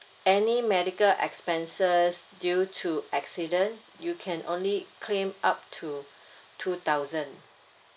any medical expenses due to accident you can only claim up to two thousand